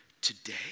today